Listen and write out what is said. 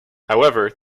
however